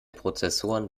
prozessoren